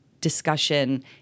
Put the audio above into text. discussion